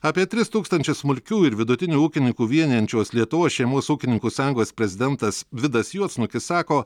apie tris tūkstančius smulkių ir vidutinių ūkininkų vienijančios lietuvos šeimos ūkininkų sąjungos prezidentas vidas juodsnukis sako